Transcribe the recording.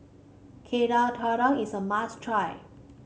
dadar is a must try